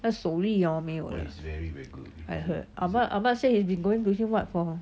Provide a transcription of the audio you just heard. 那个手力 ah 没没有了 I heard ahmed ahmed say he's been going to him [what] for